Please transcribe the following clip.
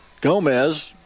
Gomez